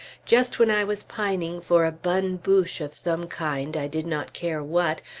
just when i was pining for a bonne bouche of some kind, i did not care what,